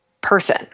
person